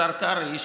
השר קרעי,